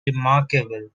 remarkable